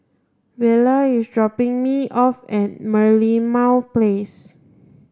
Vela is dropping me off at Merlimau Place